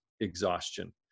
exhaustion